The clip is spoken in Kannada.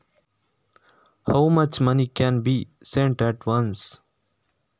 ಎಷ್ಟು ಹಣ ಒಮ್ಮೆಲೇ ಕಳುಹಿಸಬಹುದು?